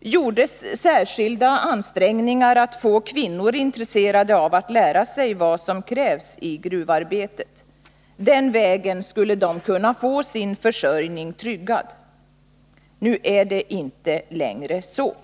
gjordes särskilda ansträngningar för att få kvinnor intresserade av att lära sig vad som krävs i gruvarbetet. Den vägen skulle de kunna få sin försörjning tryggad. Nu är det inte längre så.